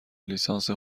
لیسانس